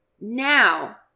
Now